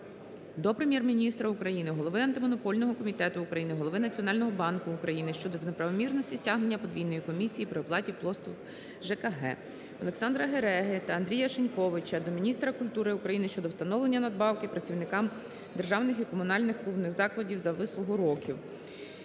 до Прем'єр-міністра України, голови Антимонопольного комітету України, голови Національного банку України щодо неправомірності стягнення подвійної комісії при оплаті послуг ЖКГ. Олександра Гереги та Андрія Шиньковича до міністра культури України щодо встановлення надбавки працівникам державних і комунальних клубних закладів за вислугу років.